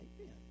Amen